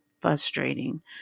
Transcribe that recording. frustrating